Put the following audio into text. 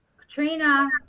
Katrina